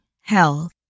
health